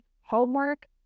homework